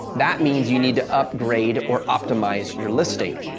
that means you need to upgrade or optimize your listing.